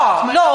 לא, לא.